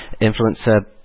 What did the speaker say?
Influencer